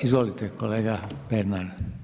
Izvolite kolega Pernar.